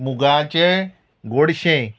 मुगाचें गोडशें